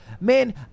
Man